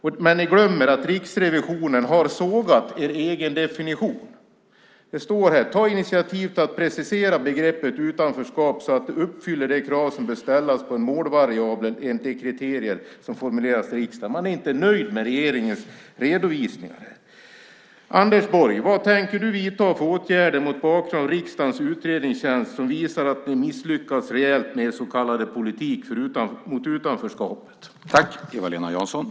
Men ni glömmer att Riksrevisionen har sågat er egen definition. Det står: Ta initiativet till att precisera begreppet utanförskap så att det uppfyller de krav som bör ställas på målvariabler enligt de kriterier som formulerats i riksdagen. Man är inte nöjd med regeringens redovisningar. Vad tänker du vidta för åtgärder mot bakgrund av de siffror från riksdagens utredningstjänst som visar att ni misslyckats rejält med er politik mot utanförskapet, Anders Borg?